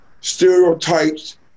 stereotypes